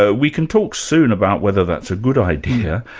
ah we can talk soon about whether that's a good idea,